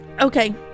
okay